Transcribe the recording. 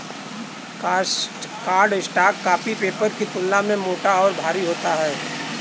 cardstock copy paper की तुलना में मोटा और भारी होता है